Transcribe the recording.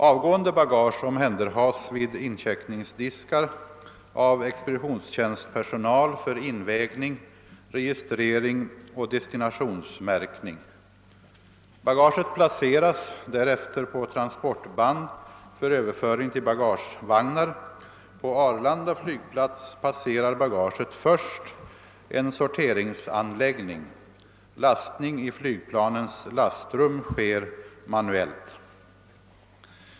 Avgående bagage omhänderhas vid incheckningsdiskar av expeditionstjänstpersonal för invägning, registrering och destinationsmärkning. Bagaget placeras därefter på transportband för överföring till bagagevagnar. På Arlanda flygplats passerar bagaget först en sorteringsanläggning. Lastning i flygplanens lastrum sker manuellt.